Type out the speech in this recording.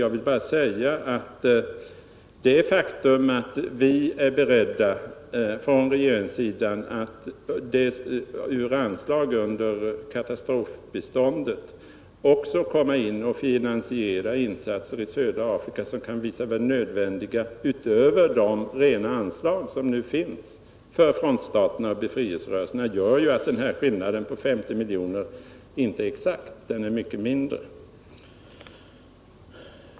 Jag vill bara peka på det faktum att vi från regeringssidan är beredda att ur anslaget för katastrofbistånd också finansiera insatser i södra Afrika, som kan visa sig nödvändiga utöver de särskilda anslag som nu finns för frontstaterna och befrielserörelserna. Detta gör att den nominella skillnaden på 50 miljoner inte är exakt — i verkligheten är den mycket mindre.